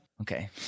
Okay